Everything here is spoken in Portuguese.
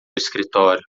escritório